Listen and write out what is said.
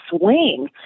swing